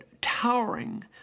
towering